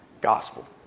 Gospel